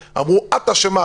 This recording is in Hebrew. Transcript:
אמרו: את אשמה,